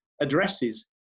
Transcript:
addresses